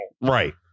Right